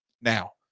Now